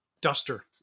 duster